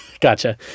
Gotcha